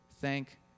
Thank